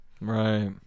Right